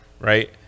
right